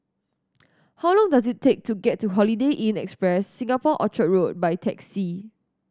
how long does it take to get to Holiday Inn Express Singapore Orchard Road by taxi